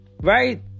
right